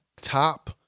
top